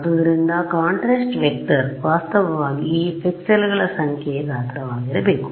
ಆದ್ದರಿಂದ contrast vector ವಾಸ್ತವವಾಗಿ ಈ ಪಿಕ್ಸೆಲ್ಗಳ ಸಂಖ್ಯೆಯ ಗಾತ್ರವಾಗಿರಬೇಕು